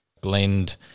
blend